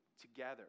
together